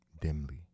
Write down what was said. Dimly